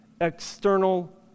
external